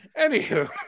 anywho